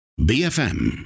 BFM